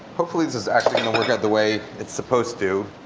hopefully this is actually going to work out the way it's supposed to.